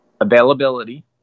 availability